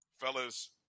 fellas